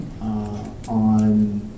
on